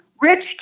rich